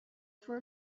for